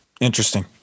Interesting